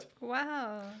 Wow